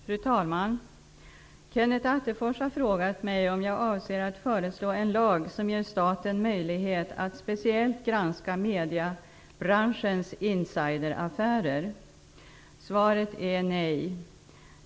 Fru talman! Kenneth Attefors har frågat mig om jag avser att föreslå en lag som ger staten möjlighet att speciellt granska mediebranschens insideraffärer. Svaret är nej.